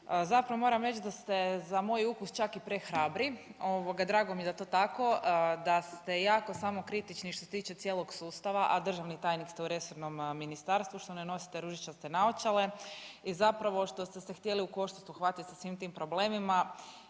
Zapravo moram reći da se za moj ukus čak i prehrabri, ovoga drago mi je da je to tako, da ste jako samokritični što se tiče cijelog sustava, a državni tajnik ste u resornom ministarstvu, što ne nosite ružičaste naočale i zapravo što ste se htjeli u koštac uhvatit sa svim tim problemima